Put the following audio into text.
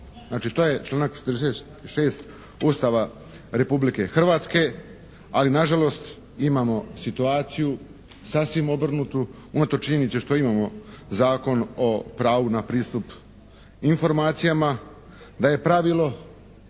Znači to je članka 46. Ustava Republike Hrvatske, ali na žalost imamo situaciju sasvim obrnutu unatoč činjenici što imamo Zakon o pravu na pristup informacijama da je pravilo